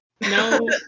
No